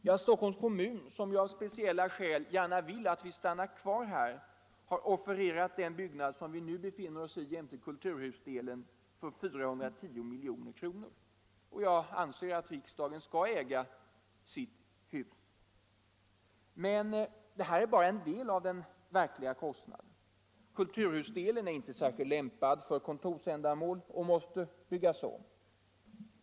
Ja, Stockholms kommun, som av speciella skäl gärna vill att vi stannar kvar här, har offererat den byggnad som vi nu befinner oss i jämte kulturhusdelen för 410 milj.kr. Jag anser som sagt att riksdagen skall äga sitt hus. Men 410 milj.kr. är bara en del av den verkliga kostnaden. Kulturhusdelen är inte särskilt lämpad för kontorsändamål och måste därför ombyggas.